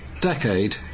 decade